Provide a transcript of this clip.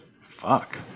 Fuck